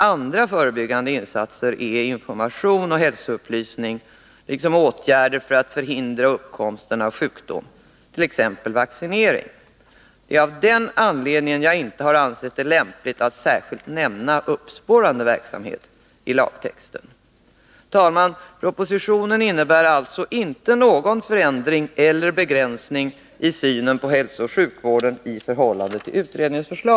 Andra förebyggande insatser är information och hälsoupplysning samt åtgärder för att förhindra uppkomsten av sjukdom, t.ex. vaccinering. Av denna anledning har jag inte ansett det lämpligt att särskilt nämna uppspårande verksamhet i lagtexten. Herr talman! Propositionen innebär alltså inte någon förändring eller begränsning i synen på hälsooch sjukvården i förhållande till utredningens förslag.